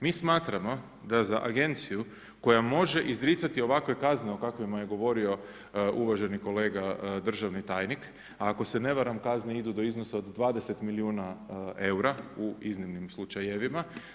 Mi smatramo da za agenciju koja može izricati ovakve kazne o kakvima je govorio uvaženi kolega državni tajnik, a ako se ne varam kazne idu od iznosa od 20 milijuna eura, u iznimnim slučajevima.